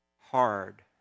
hard